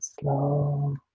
slow